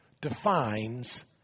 defines